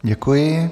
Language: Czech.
Děkuji.